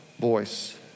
voice